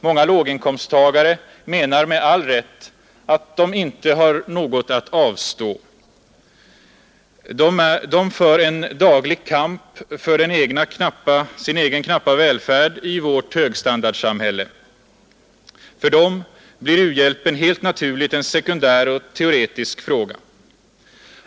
Många låginkomsttagare menar med all rätt att de inte har något att avstå. De för en daglig kamp för sin egen knappa välfärd i vårt högstandardsamhälle. För dem blir u-hjälpen helt naturligt en sekundär och teoretisk fråga.